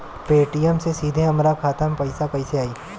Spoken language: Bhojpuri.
पेटीएम से सीधे हमरा खाता मे पईसा कइसे आई?